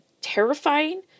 terrifying